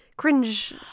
cringe